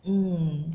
mm